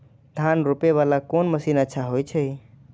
धान रोपे वाला कोन मशीन अच्छा होय छे?